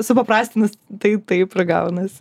supaprastinus taip taip ir gaunas